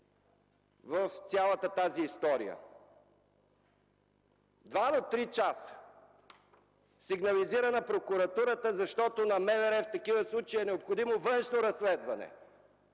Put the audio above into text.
в цялата тази история. От два до три часа беше сигнализирана Прокуратурата, защото на МВР в такива случаи е необходимо външно разследване,